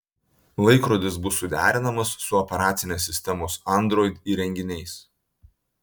laikrodis bus suderinamas su operacinės sistemos android įrenginiais